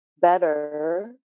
better